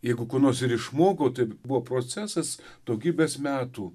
jeigu ko nors ir išmokau tai buvo procesas daugybės metų